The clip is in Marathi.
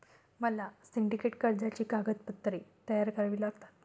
मला सिंडिकेट कर्जाची कागदपत्रे तयार करावी लागतील